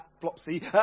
Flopsy